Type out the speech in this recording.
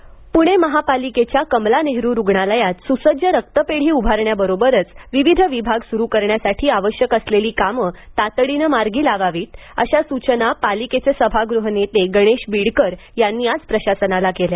कमला नेहरू रुग्णालय पुणे महापालिकेच्या कमला नेहरू रूग्णालयात सुसज्ज रक्तपेढी उभारण्याबरोबरच विविध विभाग सुरू करण्यासाठी आवश्यक असलेली कामे तातडीने मार्गी लावावीत अशा सूचना पालिकेचे सभागृह नेते गणेश बीडकर यांनी आज प्रशासनाला केल्या